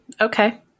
Okay